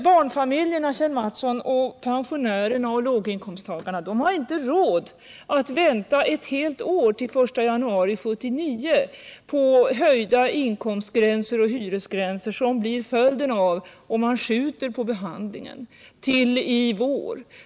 Barnfamiljerna, pensionärerna och låginkomsttagarna har inte råd, Kjell Nr 51 Mattsson, att vänta ett helt år, till den 1 januari 1979, på höjda inkomstgränser och hyresgränser som blir följden om man skjuter på behandlingen till i vår.